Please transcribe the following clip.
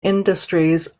industries